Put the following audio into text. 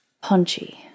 punchy